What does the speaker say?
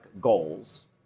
goals